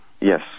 Yes